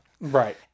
Right